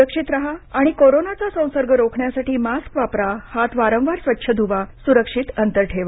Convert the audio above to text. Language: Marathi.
सुरक्षित राहा आणि कोरोना संसर्ग रोखण्यासाठी मास्क वापरा हात वारंवार स्वच्छ धुवा सुरक्षित अंतर ठेवा